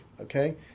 okay